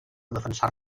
defensar